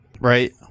right